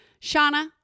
Shauna